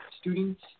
students